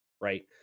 right